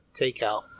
takeout